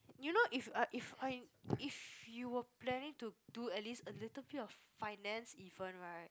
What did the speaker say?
you know if uh if if you were planning to do at least a little bit of finance even right